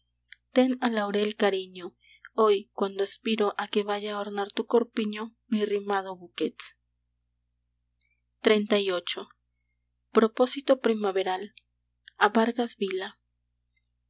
ten al laurel cariño hoy cuando aspiro a que vaya a ornar tu corpiño mi rimado bouquet xxxviii propósito primaveral a vargas vila